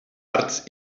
arts